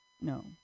No